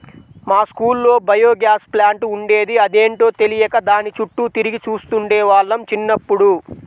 మా స్కూల్లో biogas plant ఉండేది, అదేంటో తెలియక దాని చుట్టూ తిరిగి చూస్తుండే వాళ్ళం చిన్నప్పుడు